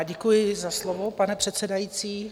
Děkuji za slovo, pane předsedající.